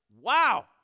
wow